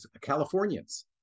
Californians